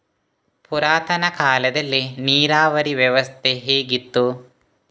ಪುರಾತನ ಕಾಲದಲ್ಲಿ ನೀರಾವರಿ ವ್ಯವಸ್ಥೆ ಹೇಗಿತ್ತು?